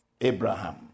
Abraham